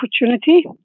opportunity